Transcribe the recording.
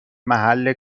محل